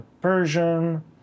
Persian